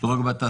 לא רק בתעשייה.